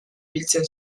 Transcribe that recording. biltzen